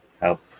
help